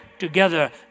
together